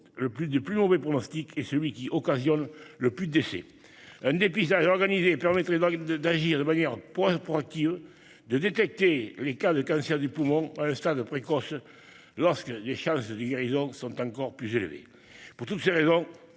de plus mauvais pronostic et celui qui occasionne le plus de décès. Un dépistage organisé permettrait d'agir de manière proactive et de détecter les cas de cancer du poumon à un stade précoce lorsque les chances de guérison sont les plus élevées. Pour toutes les raisons